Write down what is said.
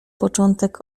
początek